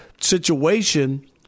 situation